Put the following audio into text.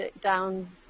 down